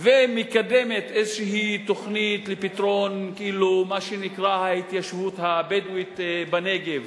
שהיא מקדמת תוכנית לפתרון מה שנקרא "ההתיישבות הבדואית בנגב",